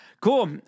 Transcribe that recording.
cool